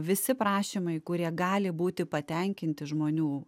visi prašymai kurie gali būti patenkinti žmonių